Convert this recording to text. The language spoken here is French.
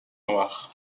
noire